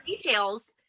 details